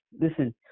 listen